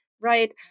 right